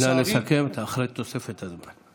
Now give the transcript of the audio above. נא לסכם, אתה אחרי תוספת הזמן.